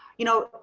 you know,